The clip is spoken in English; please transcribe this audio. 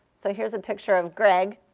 so here's a picture of greg.